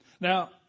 Now